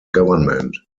government